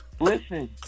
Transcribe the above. listen